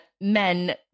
men